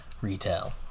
retail